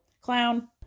clown